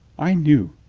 i knew!